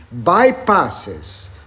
bypasses